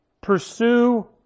pursue